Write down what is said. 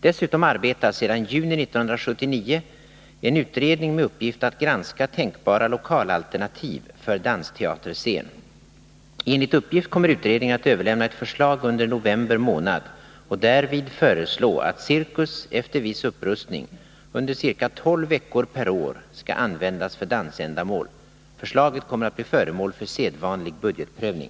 Dessutom arbetar sedan juni 1979 en utredning med uppgift att granska tänkbara lokalalternativ för dansteaterscen. Enligt uppgift kommer utredningen att överlämna ett förslag under november månad och därvid föreslå att Cirkus, efter viss upprustning, under ca tolv veckor per år skall användas för dansändamål. Förslaget kommer att bli föremål för sedvanlig budgetprövning.